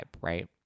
Right